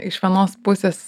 iš vienos pusės